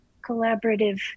collaborative